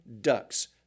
ducks